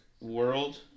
world